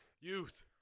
Youth